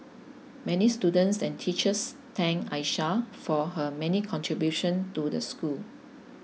many students and teachers thanked Aisha for her many contribution to the school